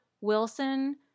Wilson